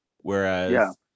whereas